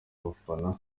abafana